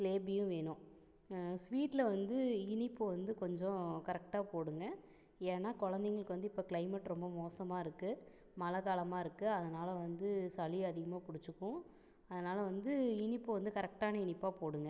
ஜிலேபியும் வேணும் ஸ்வீட்டில் வந்து இனிப்பு வந்து கொஞ்சம் கரெக்டா போடுங்க ஏன்னால் குழந்தைகளுக்கு வந்து இப்போ க்ளைமேட் ரொம்ப மோசமா இருக்குது மழை காலமாக இருக்குது அதனால் வந்து சளி அதிகமாக பிடிச்சிக்கும் அதனால வந்து இனிப்பு வந்து கரெக்டான இனிப்பாக போடுங்க